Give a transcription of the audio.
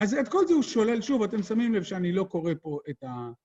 אז את כל זה הוא שולל, שוב, אתם שמים לב שאני לא קורא פה את ה...